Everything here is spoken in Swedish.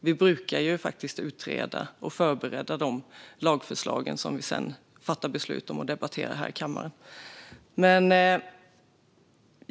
Vi brukar faktiskt utreda och förbereda de lagförslag som vi sedan fattar beslut om och debatterar här i kammaren.